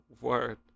word